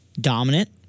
Dominant